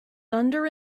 thunder